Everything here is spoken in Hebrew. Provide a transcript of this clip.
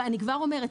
ואני כבר אומרת,